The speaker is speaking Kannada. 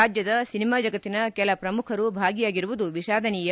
ರಾಜ್ಯದ ಸಿನಿಮಾ ಜಗತ್ತಿನ ಕೆಲ ಪ್ರಮುಖರು ಭಾಗಿಯಾಗಿರುವುದು ವಿಷಾಧನೀಯ